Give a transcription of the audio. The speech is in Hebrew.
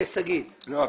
לא.